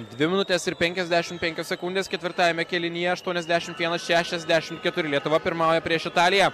dvi minutės ir penkiasdešimt penkios sekundės ketvirtajame kėlinyje aštuoniasdešimt vienas šešiasdešimt keturi lietuva pirmauja prieš italiją